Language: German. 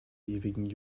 ewigen